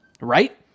Right